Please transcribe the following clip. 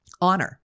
honor